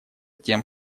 тем